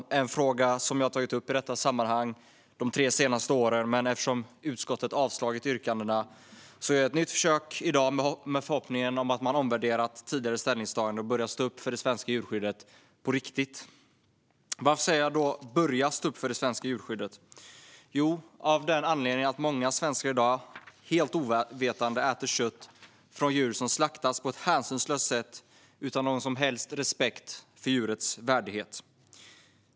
Det är en fråga som jag tagit upp i detta sammanhang de tre senaste åren, men eftersom utskottet avslagit yrkandena gör jag ett nytt försök i dag med förhoppningen om att man omvärderat tidigare ställningstagande och börjar stå upp för det svenska djurskyddet på riktigt. Varför säger jag "börja stå upp för det svenska djurskyddet"? Jo, av den anledningen att många svenskar i dag helt ovetande äter kött från djur som slaktats på ett hänsynslöst sätt utan någon som helst respekt för djurets värdighet.